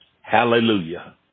Hallelujah